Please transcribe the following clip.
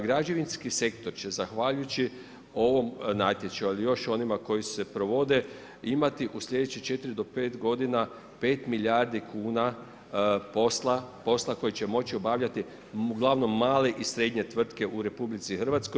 Građevinski sektor će zahvaljujući ovom natječaju ili još onima koji se provode imati u sljedećih 4 do 5 godina 5 milijardi kuna posla koji će moći obavljati uglavnom male i srednje tvrtke u RH.